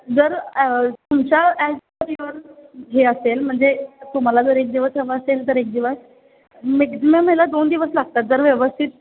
जर तुमच्या as per your हे असेल म्हणजे तुम्हाला जर एक दिवस हवं असेल तर एक दिवस मेक्झिमम ह्याला दोन दिवस लागतात जर व्यवस्थित